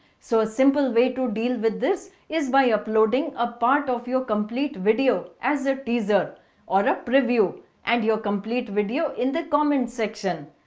so, a simple way to deal with this is by uploading a part of your complete video as a teaser or a preview and your complete video in the comment section.